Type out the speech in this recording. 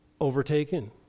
Overtaken